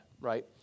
right